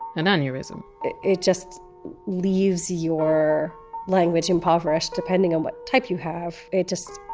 an aneurysm it it just leaves your language impoverished, depending on what type you have. it just